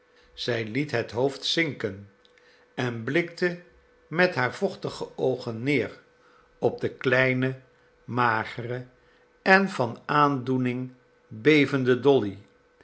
zij liet het hoofd zinken en blikte met haar vochtige oogen neer op de kleine magere en van aandoening bevende dolly